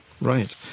Right